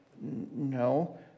No